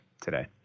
today